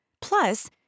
Plus